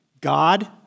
God